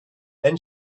then